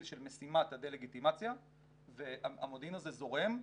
של משימת הדה-לגיטימציה והמודיעין הזה זורם.